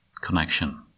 connection